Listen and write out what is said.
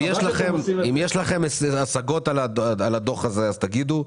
אם יש לכם השגות על הדוח הזה אז תגידו,